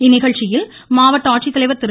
இந்நிகழ்ச்சியில் மாவட்ட ஆட்சித் தலைவர் திரு